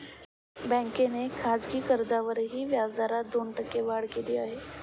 बँकेने खासगी कर्जावरील व्याजदरात दोन टक्क्यांनी वाढ केली आहे